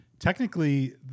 Technically